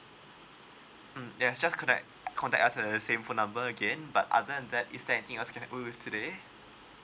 mm yes just connect contact us the same phone number again but other than that is there anything else can I with today